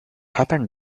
happens